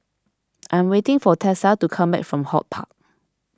I am waiting for Tessa to come back from HortPark